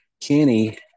Kenny